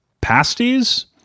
pasties